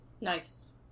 Nice